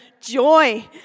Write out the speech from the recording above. joy